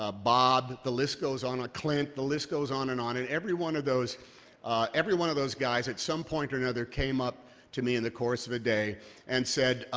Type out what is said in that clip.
ah bob. the list goes on. ah clint. the list goes on and on. and every one of those every one of those guys, at some point or another, came up to me in the course of a day and said,